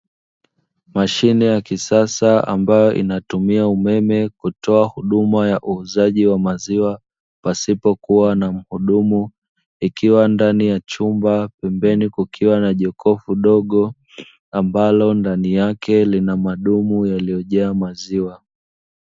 Mashine ya kisasa ambayo inatumia umeme kutoa huduma ya uuzaji wa maziwa pasipo kuwa na mhudumu, ikiwa ndani ya chumba. Pembeni kukiwa na jokofu dogo ambalo ndani yake lina madumu yaliyojaa maziwa.